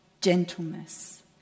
gentleness